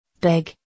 big